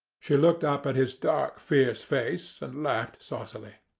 she looked up at his dark, fierce face, and laughed saucily.